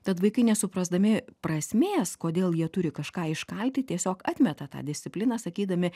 tad vaikai nesuprasdami prasmės kodėl jie turi kažką iškalti tiesiog atmeta tą discipliną sakydami